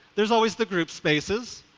there's always the group spaces,